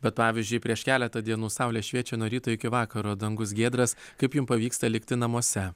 bet pavyzdžiui prieš keletą dienų saulė šviečia nuo ryto iki vakaro dangus giedras kaip jum pavyksta likti namuose